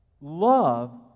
Love